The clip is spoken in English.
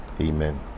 Amen